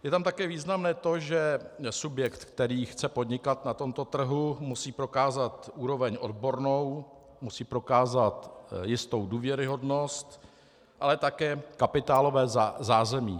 Je tam také významné to, že subjekt, který chce podnikat na tomto trhu, musí prokázat úroveň odbornou, musí prokázat jistou důvěryhodnost, ale také kapitálové zázemí.